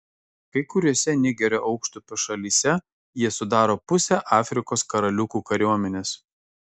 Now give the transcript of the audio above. kai kuriose nigerio aukštupio šalyse jie sudaro pusę afrikos karaliukų kariuomenės